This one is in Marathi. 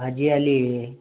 हाजी अली आहे